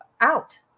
out